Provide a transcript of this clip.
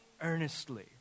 earnestly